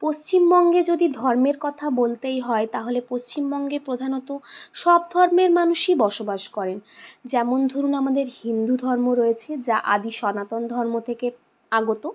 পশ্চিমবঙ্গে যদি ধর্মের কথা বলতেই হয় তাহলে পশ্চিমবঙ্গে প্রধানত সব ধর্মের মানুষই বসবাস করেন যেমন ধরুন আমাদের হিন্দু ধর্ম রয়েছে যা আদি সনাতন ধর্ম থেকে আগত